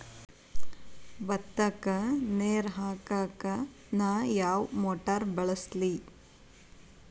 ಭತ್ತಕ್ಕ ನೇರ ಹಾಕಾಕ್ ನಾ ಯಾವ್ ಮೋಟರ್ ಬಳಸ್ಲಿ?